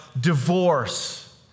divorce